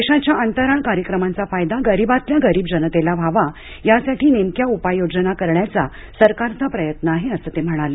देशाच्या अंतराळ कार्यक्रमांचा फायदा गरीबातल्या गरीब जनतेला व्हावा यासाठी नेमक्या उपाययोजना करण्याचा सरकारचा प्रयत्न आहे असं ते म्हणाले